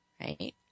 Right